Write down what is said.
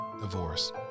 divorce